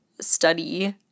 study